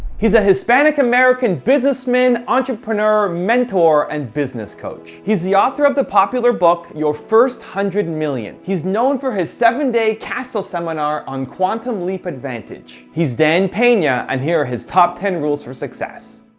he's a hispanic-american businessman, entrepreneur, mentor, and business coach. he's the author of the popular book, your first hundred and million. he's known for his seven day castle seminar on quantum leap advantage. he's dan pena, and here are his top ten rules for success.